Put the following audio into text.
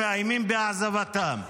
מאיימים בהעזבתם.